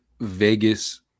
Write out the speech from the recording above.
Vegas